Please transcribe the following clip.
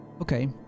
okay